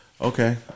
Okay